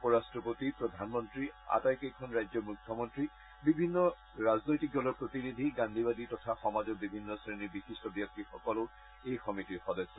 উপ ৰাট্টপতি প্ৰধানমন্ত্ৰী আটাইকেইখন ৰাজ্যৰ মুখ্যমন্ত্ৰী বিভিন্ন ৰাজনৈতিক দলৰ প্ৰতিনিধি গান্ধীবাদী তথা সমাজৰ বিভিন্ন শ্ৰেণীৰ বিশিষ্ট ব্যক্তিসকলো এই সমিতিৰ সদস্য